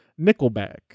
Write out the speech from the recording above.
Nickelback